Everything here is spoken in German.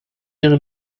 ihre